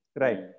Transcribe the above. Right